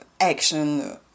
action